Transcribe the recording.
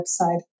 website